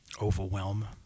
overwhelm